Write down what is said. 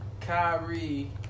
Kyrie